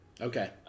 Okay